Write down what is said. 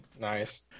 nice